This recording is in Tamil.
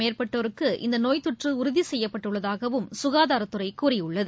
மேற்பட்டோருக்கு இந்த நோய் தொற்று உறுதி செய்யப்பட்டுள்ளதாகவும் சுனதாரத்துறை கூறியுள்ளது